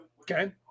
Okay